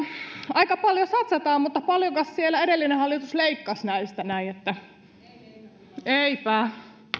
aika paljon satsataan mutta paljonkos siellä edellinen hallitus leikkasi näistä eipä